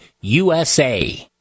USA